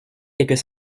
quelques